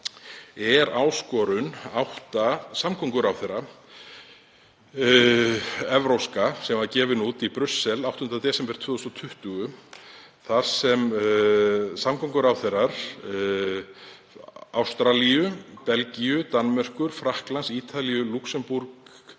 er áskorun átta samgönguráðherra sem var gefin út í Brussel 8. desember 2020 þar sem samgönguráðherrar Ástralíu, Belgíu, Danmerkur, Frakklands, Ítalíu, Lúxemborgar,